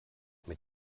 mit